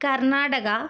Karnataka